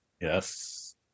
Yes